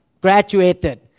graduated